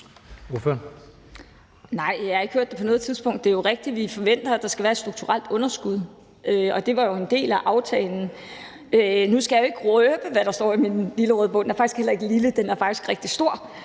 Nej, jeg har ikke hørt det på noget tidspunkt. Det er jo rigtigt, at vi forventer, at der skal være et strukturelt underskud. Det var en del af aftalen. Nu skal jeg jo ikke røbe, hvad der står i min lille røde bog. Den er faktisk heller ikke lille, den er faktisk rigtig stor.